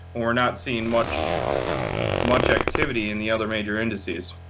we're not seeing much much activity in the other major indices.